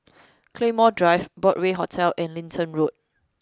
Claymore Drive Broadway Hotel and Lentor Road